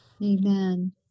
amen